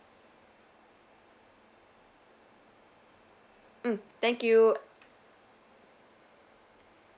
mm thank you